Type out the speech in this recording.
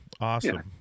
Awesome